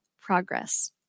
Progress